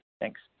Thanks